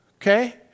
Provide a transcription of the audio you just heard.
okay